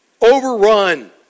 overrun